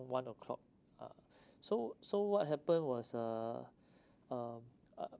one o'clock uh so so what happened was uh um uh